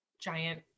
giant